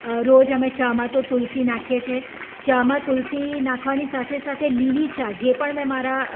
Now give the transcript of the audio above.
રોજ અમે ચામાં તો તુલસી નાખીએ છીએ ચામાં તુલસી નાખવાની સાથે સાથે લીલી ચા જે પણ મેં મારા